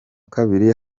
kabiri